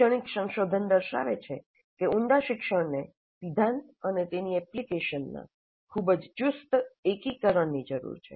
શૈક્ષણિક સંશોધન દર્શાવે છે કે ઉંડા શિક્ષણને સિદ્ધાંત અને તેની એપ્લિકેશનના ખૂબ જ ચુસ્ત એકીકરણની જરૂર છે